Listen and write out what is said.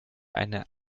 eine